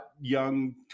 young